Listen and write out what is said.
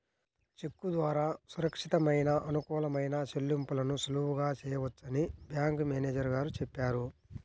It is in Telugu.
చెక్కు ద్వారా సురక్షితమైన, అనుకూలమైన చెల్లింపులను సులువుగా చేయవచ్చని బ్యాంకు మేనేజరు గారు చెప్పారు